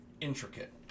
intricate